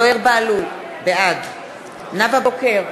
נגד זוהיר בהלול, בעד נאוה בוקר,